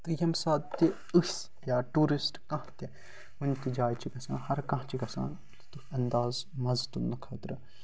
تہٕ ییٚمہِ ساتہٕ تہِ أسۍ یا ٹوٗرِسٹ کانٛہہ تہِ کُنہِ تہِ جایہِ چھِ گژھان ہر کانٛہہ چھِ گژھان لُطف اَنداز مَزٕ تُلنہٕ خٲطرٕ